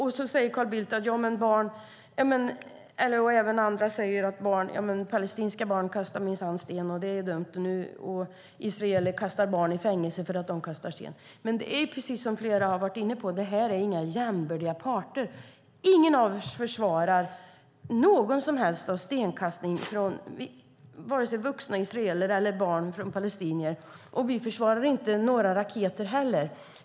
Carl Bildt och andra säger att palestinska barn minsann kastar sten och att det är dumt samt att israeler kastar barn i fängelse för att de kastar sten. Det är dock precis som flera har varit inne på: Detta är inga jämbördiga parter. Ingen av oss försvarar någon som helst stenkastning, vare sig från vuxna israeler eller från palestinska barn, och vi försvarar inga raketer heller.